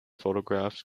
photographs